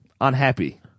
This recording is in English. unhappy